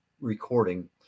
recording